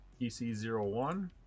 PC01